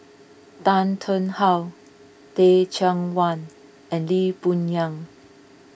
Tan Tarn How Teh Cheang Wan and Lee Boon Yang